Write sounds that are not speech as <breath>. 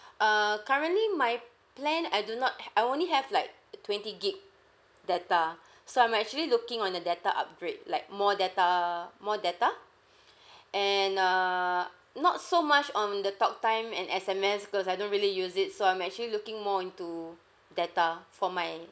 err currently my plan I do not ha~ I only have like a twenty gig data <breath> so I'm actually looking on a data upgrade like more data more data <breath> and uh not so much on the talk time and S_M_S because I don't really use it so I'm actually looking more into data for my